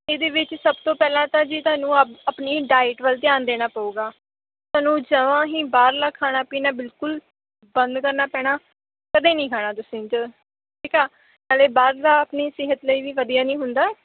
ਇਹਦੇ ਵਿੱਚ ਸਭ ਤੋਂ ਪਹਿਲਾਂ ਤਾਂ ਜੀ ਤੁਹਾਨੂੰ ਆ ਆਪਣੀ ਡਾਇਟ ਵੱਲ ਧਿਆਨ ਦੇਣਾ ਪਵੇਗਾ ਤੁਹਾਨੂੰ ਜਮਾਂ ਹੀ ਬਾਹਰਲਾ ਖਾਣਾ ਪੀਣਾ ਬਿਲਕੁਲ ਬੰਦ ਕਰਨਾ ਪੈਣਾ ਕਦੇ ਨਹੀਂ ਖਾਣਾ ਤੁਸੀਂ ਚਲੋ ਠੀਕ ਆ ਨਾਲੇ ਬਾਹਰਲਾ ਆਪਣੀ ਸਿਹਤ ਲਈ ਵੀ ਵਧੀਆ ਨਹੀਂ ਹੁੰਦਾ